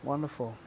Wonderful